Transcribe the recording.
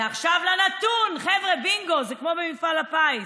ועכשיו לנתון, חבר'ה, בינגו, זה כמו במפעל הפיס.